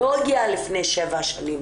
היא לא הגיעה לפני שבע שנים